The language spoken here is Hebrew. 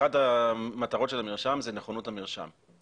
אחת המטרות של המרשם זה נכונות המרשם,